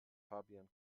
fabian